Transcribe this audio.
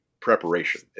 preparation